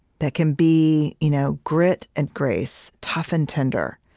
that can be you know grit and grace, tough and tender,